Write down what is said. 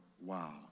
wow